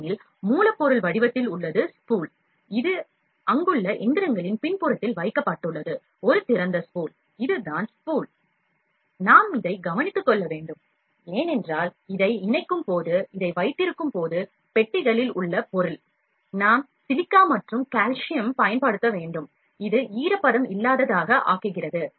ஏனெனில் மூலப்பொருள் வடிவத்தில் உள்ளது ஸ்பூல் இது அங்குள்ள எந்திரங்களின் பின்புறத்தில் வைக்கப்பட்டுள்ளது ஒரு திறந்த ஸ்பூல் இது தான் ஸ்பூல் நாம் இதை கவனித்துக் கொள்ள வேண்டும் ஏனென்றால் இதை இணைக்கும்போது இதை வைத்திருக்கும்போது பெட்டிகளில் உள்ள பொருள் நாம் சிலிக்கா மற்றும் கால்சியம் பயன்படுத்த வேண்டும் இது ஈரப்பதம் இல்லாததாக ஆக்குகிறது